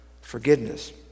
Forgiveness